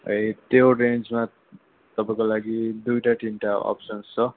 ए त्यो रेन्जमा तपाईँको लागि दुईवटा तीनवटा अप्सन्स् छ